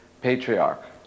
patriarch